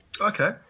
Okay